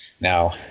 Now